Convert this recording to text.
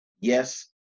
yes